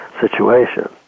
situation